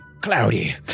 cloudy